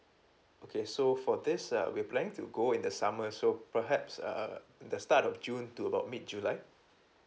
okay so for this uh we're planning to go in the summer so perhaps uh the start of june to about mid july